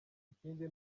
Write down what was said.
ikindi